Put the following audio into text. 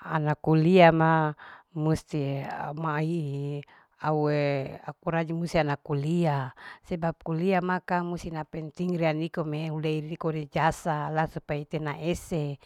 Ana kulia ma musti auma hihi aue aku rajin musti ana kulia sebab kulia makang musti na penting rea nikome hule riko ri jasa la supaya ite na ese